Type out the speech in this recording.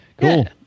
Cool